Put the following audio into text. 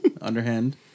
underhand